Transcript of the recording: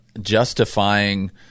justifying